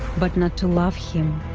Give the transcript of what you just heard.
but not to love him,